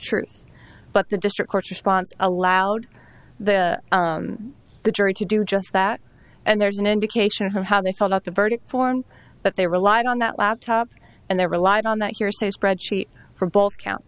truth but the district court's response allowed the the jury to do just that and there's an indication of how they felt at the verdict form but they relied on that laptop and they relied on that hearsay spreadsheet for both counts